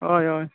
हय हय